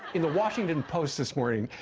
in the washington post this morning,